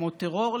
כמו טרור,